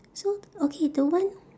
so okay the one